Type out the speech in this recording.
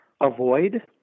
avoid